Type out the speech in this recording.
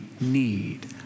need